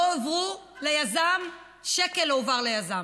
לא הועברו ליזם, שקל לא הועבר ליזם.